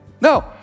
No